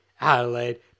Adelaide